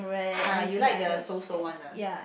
ah you like the 熟熟 [one] ah